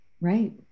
Right